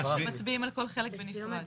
שמצביעים על כל חלק בנפרד.